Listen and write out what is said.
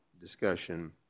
discussion